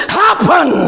happen